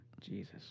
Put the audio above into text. Jesus